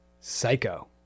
psycho